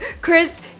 Chris